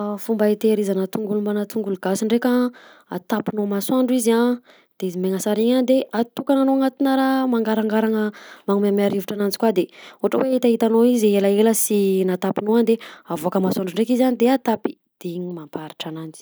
Ah fomba itehirizana tongolo mbana tongolo gasy ndreka a atapinao masoandro izy a,de izy megna sara iny a de atokananao anatina raha mangaragaragna mamamay rivotra ananjy koa de ohatra hoe itanao izy elaela sy natapinao de avoakanao masoandra dreky izy a de atapy de iny no mampaharitra ananjy.